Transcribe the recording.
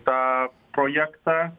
tą projektą